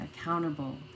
accountable